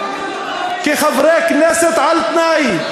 לחברי כנסת על תנאי.